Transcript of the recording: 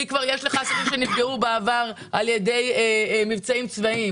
כי כבר יש לך אנשים שנפגעו בעבר במבצעים צבאיים